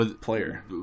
player